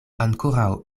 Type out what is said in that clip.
ankoraŭ